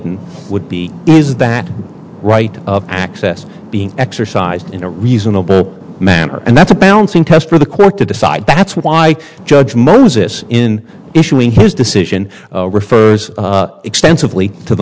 laden would be is that right of access being exercised in a reasonable manner and that's a balancing test for the court to decide that's why judge moses in issuing his decision refers extensively to the